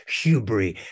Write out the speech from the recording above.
hubris